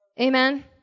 Amen